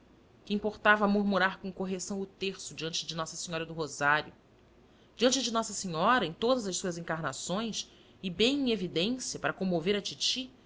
que importava murmurar com correção o terço diante de nossa senhora do rosário diante de nossa senhora em todas as suas encarnações e bem em evidência para comover a titi